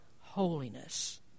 holiness